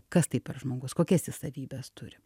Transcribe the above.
kas tai per žmogus kokias ji savybes turi